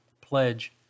pledge